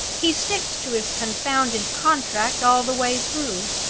he sticks to his confounded contract all the way through.